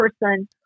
person